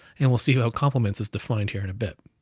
and we'll see how compliments is defined here in a bit,